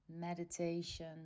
meditation